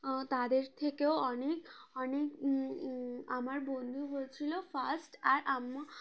তাদের থেকেও অনেক অনেক আমার বন্ধু হছিলো ফার্স্ট আর আমি